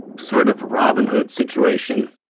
sort of robin hood situation.